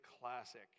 classic